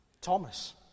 Thomas